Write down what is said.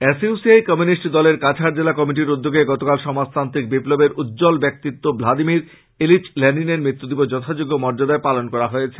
S U C I communist দলের কাছাড় জেলা কমিটির উদ্যোগে গতকাল সমাজতান্ত্রিক বিপ্লবের উজ্জ্বল ব্যাক্তিত্ব ভ্লাদিমির ইলিচ লেনিনের মৃত্যুদিবস যথাযোগ্য মর্যাদায় পালন করা হয়েছে